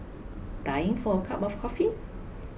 dying for a cup of coffee